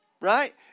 right